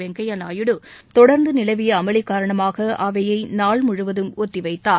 வெங்கையா நாயுடு தொடர்ந்து நிலவிய அமளி காரணமாக அவையை நாள் முழுவதும் ஒத்தி வைத்தார்